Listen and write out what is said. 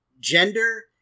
gender